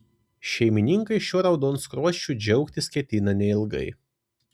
šeimininkai šiuo raudonskruosčiu džiaugtis ketina neilgai